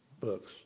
books